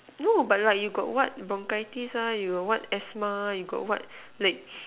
no but like you got like what bronchitis ah you got what asthma you got what like